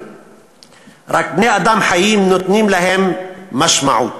רק בני-אדם חיים נותנים להם משמעות.